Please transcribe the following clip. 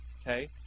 Okay